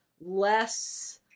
less